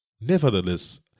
Nevertheless